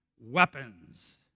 weapons